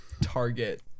Target